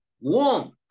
warm